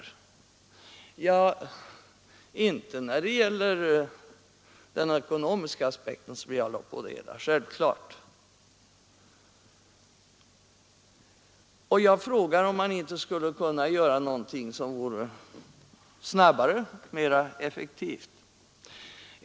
Ja, självfallet inte när det gäller den ekonomiska aspekt som jag lade på det hela. Jag frågar om man inte skulle kunna göra någonting snabbare och mera effektivt.